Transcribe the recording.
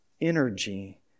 energy